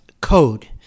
code